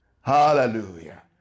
Hallelujah